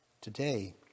today